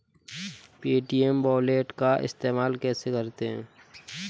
Paytm wallet का इस्तेमाल कैसे करते हैं?